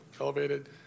elevated